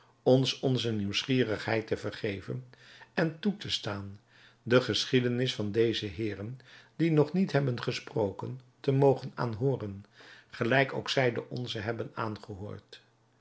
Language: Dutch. ons onze nieuwsgierigheid te vergeven en toe te staan de geschiedenis van deze heeren die nog niet hebben gesproken te mogen aanhooren gelijk ook zij de onze hebben aangehoord